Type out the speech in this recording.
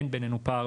אין בינינו פער,